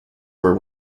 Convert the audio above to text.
were